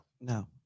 no